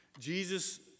Jesus